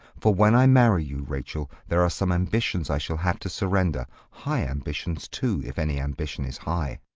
for when i marry you, rachel, there are some ambitions i shall have to surrender. high ambitions, too, if any ambition is high.